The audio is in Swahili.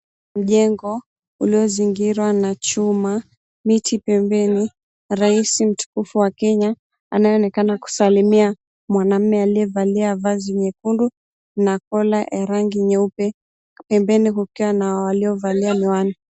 Mjengo, uliozingirwa na chuma, miti pembeni, rais mtukufu wa kenya, anayeonekana kusalimia mwanamume aliyevalia vazi nyekundu na kola ya rangi nyeupe. Pembeni kukiwa na waliovalia miwani.